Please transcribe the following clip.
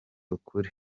ukuri